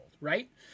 right